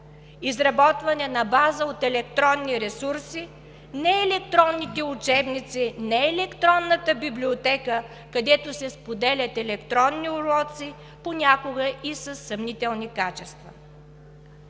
изработване на база от електронни ресурси – не от електронните учебници и не от електронната библиотека, където понякога се споделят електронни уроци и със съмнителни качества.